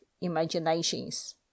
imaginations